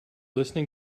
listening